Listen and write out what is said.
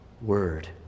Word